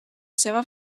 seva